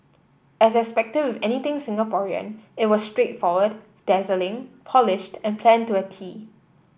as expected anything Singaporean it was straightforward dazzling polished and planned to a tee